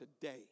today